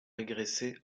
régressé